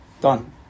Done